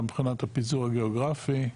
גם מבחינת הפיזור הגיאוגרפי,